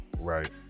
right